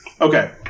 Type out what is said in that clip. Okay